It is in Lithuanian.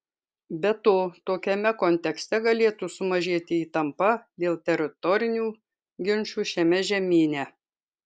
be to tokiame kontekste galėtų sumažėti įtampa dėl teritorinių ginčų šiame žemyne